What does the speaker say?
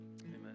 amen